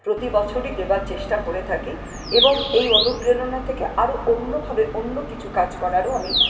প্রতিবছরই দেবার চেষ্টা করে থাকি এবং এই অনুপ্রেরণা থেকে আরও অন্যভাবে অন্য কিছু কাজ করারও আমি